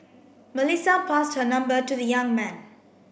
Melissa passed her number to the young man